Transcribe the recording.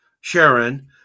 Sharon